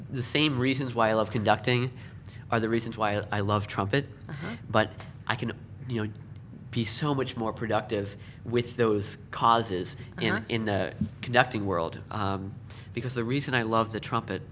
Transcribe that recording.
the same reasons why i love conducting are the reasons why i love trumpet but i can you know be so much more productive with those causes in conducting world because the reason i love the trumpet